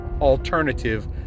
alternative